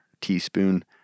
teaspoon